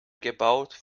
gebaut